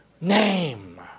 name